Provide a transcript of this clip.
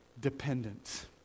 dependent